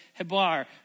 hebar